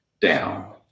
down